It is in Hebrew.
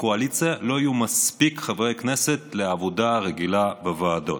לקואליציה לא יהיו מספיק חברי כנסת לעבודה רגילה בוועדות,